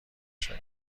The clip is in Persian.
شدم